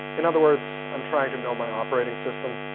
in other words, i'm trying to know my operating system